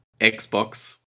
Xbox